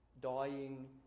Dying